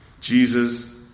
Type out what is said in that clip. Jesus